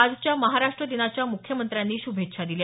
आजच्या महाराष्ट्र दिनाच्या मुख्यमंत्र्यांनी श्भेच्छा दिल्या